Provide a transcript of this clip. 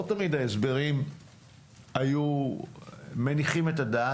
לא תמיד ההסברים היו מניחים את הדעת.